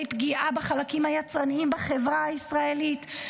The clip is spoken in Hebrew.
פגיעה בחלקים היצרניים בחברה הישראלית,